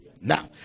Now